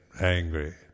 angry